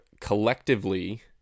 collectively